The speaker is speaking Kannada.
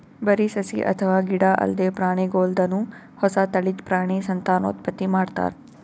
ಬರಿ ಸಸಿ ಅಥವಾ ಗಿಡ ಅಲ್ದೆ ಪ್ರಾಣಿಗೋಲ್ದನು ಹೊಸ ತಳಿದ್ ಪ್ರಾಣಿ ಸಂತಾನೋತ್ಪತ್ತಿ ಮಾಡ್ತಾರ್